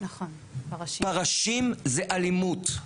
פרשים זה אלימות.